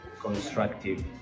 Constructive